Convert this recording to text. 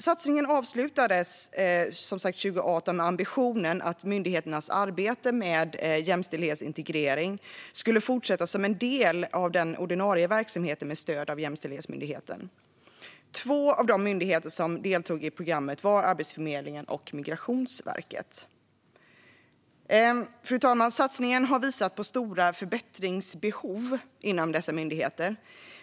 Satsningen avslutades 2018 med ambitionen att myndigheternas arbete med jämställdhetsintegrering skulle fortsätta som en del av den ordinarie verksamheten med stöd av Jämställdhetsmyndigheten. Två myndigheter som deltog i programmet var Arbetsförmedlingen och Migrationsverket. Fru talman! Satsningen har visat på stora förbättringsbehov inom dessa myndigheter.